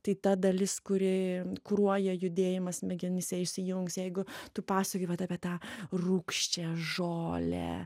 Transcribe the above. tai ta dalis kuri kuruoja judėjimą smegenyse įsijungs jeigu tu pasoki vat apie tą rūgščią žolę